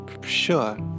Sure